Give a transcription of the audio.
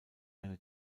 eine